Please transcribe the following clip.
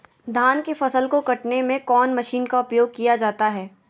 धान के फसल को कटने में कौन माशिन का उपयोग किया जाता है?